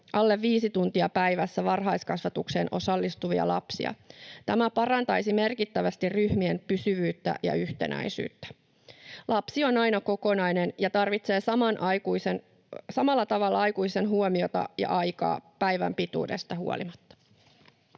alle viisi tuntia päivässä varhaiskasvatukseen osallistuvia lapsia. Tämä parantaisi merkittävästi ryhmien pysyvyyttä ja yhtenäisyyttä. Lapsi on aina kokonainen ja tarvitsee samalla tavalla aikuisen huomiota ja aikaa päivän pituudesta huolimatta.